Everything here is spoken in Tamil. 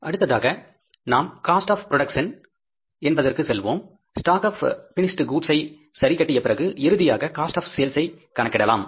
அடுத்ததாக நாம் காஸ்ட் ஆப் ப்ரோடக்ஷன் க்கு செல்வோம் ஷ்டாக் ஆப் பினிஸ்ட் கூட்ஸ் ஐ சரி கட்டியபிறகு இறுதியாக காஸ்ட் ஆப் சேல்ஸ் ஐ கணக்கிடலாம்